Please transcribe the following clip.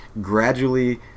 gradually